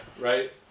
Right